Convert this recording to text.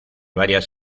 varias